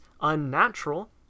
unnatural